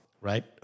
right